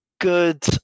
good